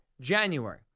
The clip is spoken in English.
January